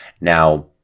Now